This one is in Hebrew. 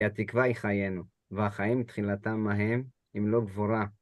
התקווה היא חיינו, והחיים תחילתם מהם, אם לא גבורה.